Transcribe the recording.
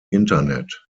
internet